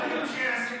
נא לסיים.